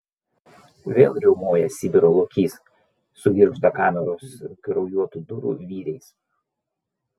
vėl riaumoja sibiro lokys sugirgžda kameros kraujuotų durų vyriais